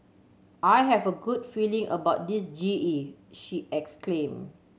I have a good feeling about this G E she exclaimed